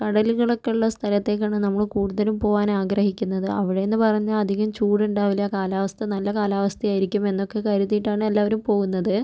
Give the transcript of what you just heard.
കടലുകളൊക്കെയുള്ള സ്ഥലത്തെക്കാണ് നമ്മള് കൂടുതലും പോകാൻ ആഗ്രഹിക്കുന്നത് അവിടെയെന്ന് പറഞ്ഞാൽ അധികം ചൂട് ഉണ്ടാവില്ല കാലാവസ്ഥ നല്ല കാലാവസ്ഥ ആയിരിക്കുമെന്നൊക്കെ കരുതിയിട്ടാണ് എല്ലാവരും പോകുന്നത്